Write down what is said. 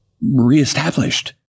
reestablished